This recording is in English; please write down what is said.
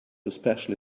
especially